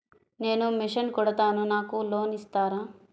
నేను మిషన్ కుడతాను నాకు లోన్ ఇస్తారా?